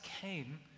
came